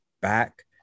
back